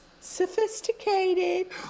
sophisticated